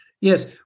yes